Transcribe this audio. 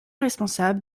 responsables